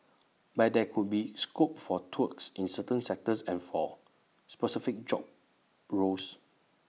but there could be scope for tweaks in certain sectors and for specific job roles